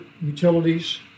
utilities